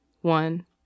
one